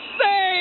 say